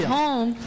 home